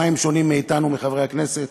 במה הם שונים מאתנו, חברי הכנסת?